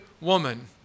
woman